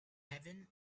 heaven